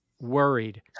worried